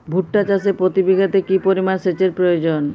ভুট্টা চাষে প্রতি বিঘাতে কি পরিমান সেচের প্রয়োজন?